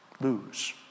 lose